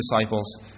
disciples